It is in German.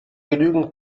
genügend